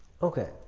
Okay